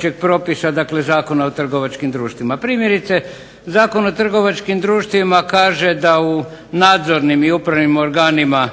kriterija općeg zakona o trgovačkim društvima. Primjerice, Zakon o trgovačkim društvima kaže da u nadzornim i upravnim organima